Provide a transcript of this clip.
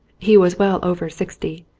he was well over sixty.